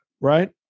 Right